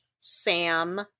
Sam